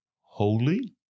holy